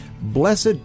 Blessed